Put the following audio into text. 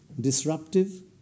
disruptive